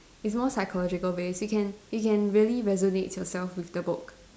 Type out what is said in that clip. it's more psychological based you can you can really resonates yourself with the book